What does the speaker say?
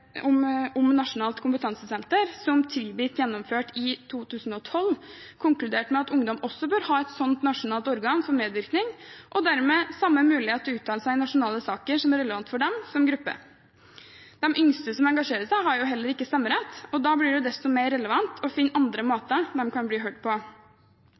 i 2012, konkluderte med at ungdom også bør ha et sånt nasjonalt organ for medvirkning og dermed ha samme mulighet til å uttale seg i nasjonale saker som er relevante for dem som gruppe. De yngste som engasjerer seg, har heller ikke stemmerett, og da blir det desto mer relevant å finne andre måter man kan bli hørt på.